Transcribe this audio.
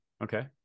Okay